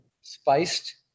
spiced